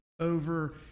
over